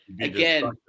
again